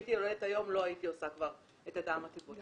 הייתי יולדת היום לא הייתי עושה כבר את הדם הטבורי.